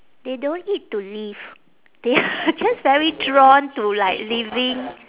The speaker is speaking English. they don't eat to live they are just very drawn to like living